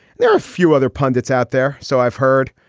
there are a few other pundits out there, so i've heard,